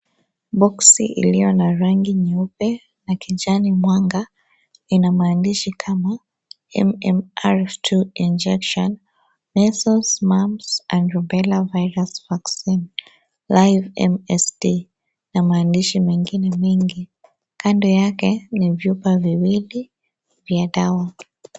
Boksi iliyo na rangi nyeupe na kijani mwanga. Ina maandishi kama MMR II injection Measles, Mumps and Rubella virus Vaccine Live MSD na maandishi mengine mengi. Kando yake kuna vyupa viwili vya dawa.